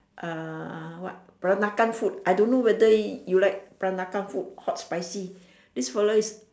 ah what peranakan food I don't know whether you like peranakan food hot spicy this fella is